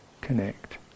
connect